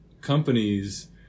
companies